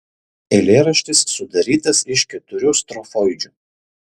eilėraštis sudarytas iš keturių strofoidžių